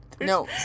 No